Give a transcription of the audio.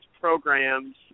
programs